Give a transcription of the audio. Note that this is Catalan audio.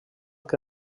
que